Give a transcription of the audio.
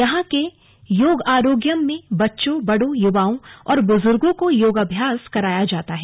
यहां के योग आराग्यम में बच्चों बड़ों युवाओं और बुजुर्गो को योगाभ्यास कराया जाता है